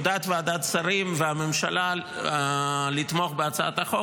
עמדת ועדת שרים והממשלה היא לתמוך בהצעת החוק,